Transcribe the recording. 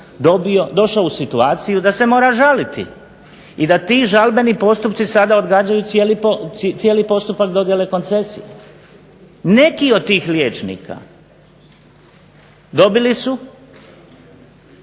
došao u situaciju da se mora žaliti i da ti žalbeni postupci sada odgađaju cijeli postupak dodjele koncesije. Neki od tih liječnika dobili su,